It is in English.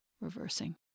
reversing